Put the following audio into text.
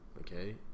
Okay